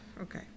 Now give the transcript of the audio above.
Okay